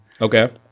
Okay